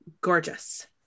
gorgeous